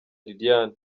liliane